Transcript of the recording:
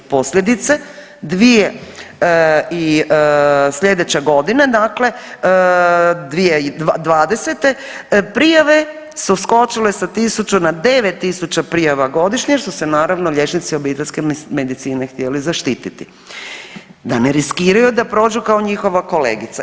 Posljedice, dvije sljedeće godine dakle 2020. prijave su skočile sa 1000 na 9000 prijava godišnje jer su se neravno liječnici obiteljske medicine htjeli zaštititi, da ne riskiraju da prođu kao njihova kolegica.